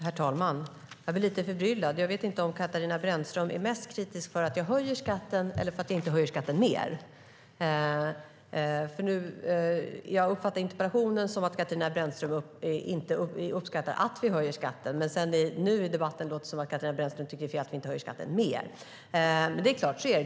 Herr talman! Jag blir lite förbryllad. Jag vet inte om Katarina Brännström är mest kritisk till att jag höjer skatten eller till att jag inte höjer skatten mer. Jag uppfattar interpellationen som att Katarina Brännström inte uppskattar att vi höjer skatten, men nu i debatten låter det som att Katarina Brännström tycker att det är fel att vi inte höjer skatten mer.